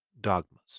dogmas